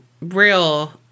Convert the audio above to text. real